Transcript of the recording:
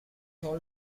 all